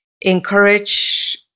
encourage